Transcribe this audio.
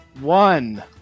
One